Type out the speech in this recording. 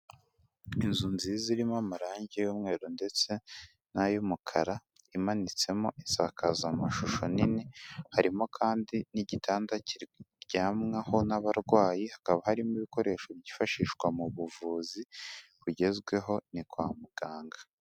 Inzu nziza irimo amarangi y'umweru ndetse n'ay'umukara, imanitsemo insakazamashusho nini, harimo kandi n'igitanda kiryamwaho n'abarwayi, hakaba harimo ibikoresho byifashishwa mu buvuzi bugezweho, ni kwa muganga.